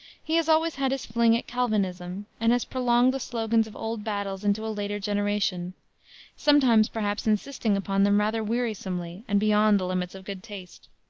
he has always had his fling at calvinism and has prolonged the slogans of old battles into a later generation sometimes, perhaps, insisting upon them rather wearisomely and beyond the limits of good taste.